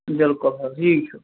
بالکُل حظ یی چُھ